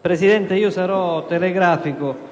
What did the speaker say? Presidente, sarò telegrafico.